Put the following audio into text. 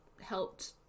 helped